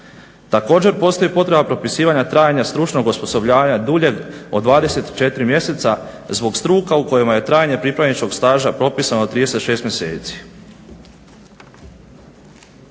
Također postoji potreba propisivanja trajanja stručnog osposobljavanja duljeg od 24 mjeseca zbog struka u kojima je trajanje pripravničkog staža propisano 36 mjeseci.